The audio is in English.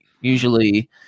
usually